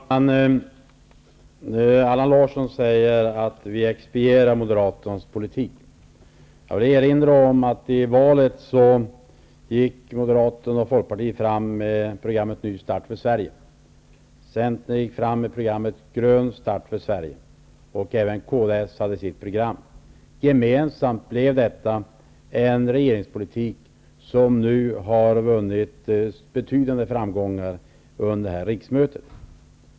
Herr talman! Allan Larsson säger att vi expedierar Moderaternas politik. Jag vill erinra om att i valet gick Moderaterna och Folkpartiet fram med programmet Ny start för Sverige. Centern gick fram med programmet Grön start för Sverige. Även kds hade sitt eget program. Gemensamt blev detta en regeringspolitik som nu har vunnit betydande framgångar under det här riksmötet.